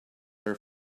are